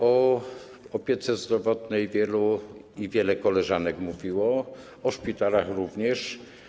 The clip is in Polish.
O opiece zdrowotnej wielu kolegów i wiele koleżanek już mówiło, o szpitalach również.